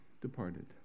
departed